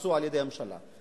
נעשו על-ידי הממשלה,